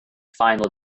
final